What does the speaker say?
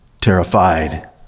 terrified